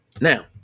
now